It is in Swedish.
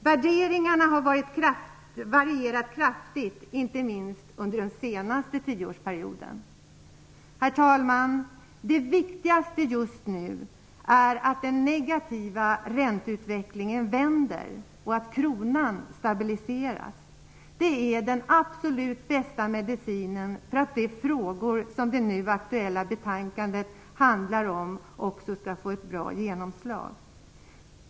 Värderingarna har varierat kraftigt, inte minst under den senaste tioårsperioden. Herr talman! Det viktigaste just nu är att den negativa ränteutvecklingen vänder och att kronan stabiliseras. Det är den absolut bästa medicinen för att de frågor som det nu aktuella betänkandet handlar om också skall få ett bra genomslag.